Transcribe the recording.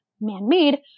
man-made